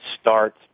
start